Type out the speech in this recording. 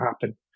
happen